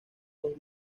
dos